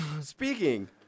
speaking